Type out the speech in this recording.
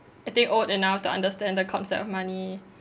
I think old enough to understand the concept of money